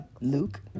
Luke